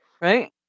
Right